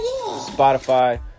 Spotify